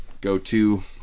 go-to